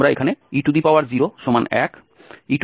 আমরা এখানে e01 e05 e1 গণনা করেছি